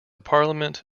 parliament